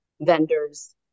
vendors